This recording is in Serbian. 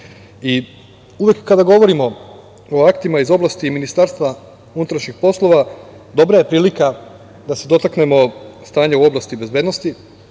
istih. Uvek kada govorimo o aktima iz oblasti Ministarstva unutrašnjih poslova dobra je prilika da se dotaknemo stanja u oblasti bezbednosti,